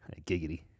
Giggity